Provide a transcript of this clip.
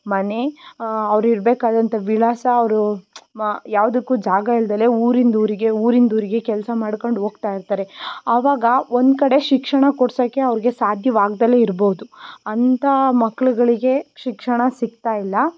ಮನೆ ಅವ್ರ ಇರ್ಬೇಕಾದಂಥ ವಿಳಾಸ ಅವರು ಮಾ ಯಾವುದಕ್ಕೂ ಜಾಗ ಇಲ್ದೇ ಊರಿಂದೂರಿಗೆ ಊರಿಂದೂರಿಗೆ ಕೆಲಸ ಮಾಡ್ಕೊಂಡ್ ಹೋಗ್ತಾ ಇರ್ತಾರೆ ಆವಾಗ ಒಂದು ಕಡೆ ಶಿಕ್ಷಣ ಕೊಡ್ಸೋಕ್ಕೆ ಅವರಿಗೆ ಸಾಧ್ಯವಾಗ್ದೇ ಇರ್ಬೋದು ಅಂತ ಮಕ್ಳುಗಳಿಗೆ ಶಿಕ್ಷಣ ಸಿಗ್ತಾ ಇಲ್ಲ